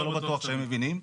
ולא בטוח שהם מבינים.